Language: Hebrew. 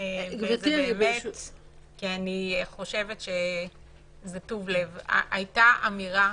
בדיון הקודם הייתה אמירה,